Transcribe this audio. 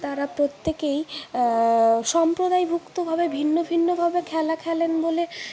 তারা প্রত্যেকেই সম্প্রদায়ভুক্তভাবে ভিন্ন ভিন্ন ভাবে খেলা খেলেন বলে